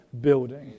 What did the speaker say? building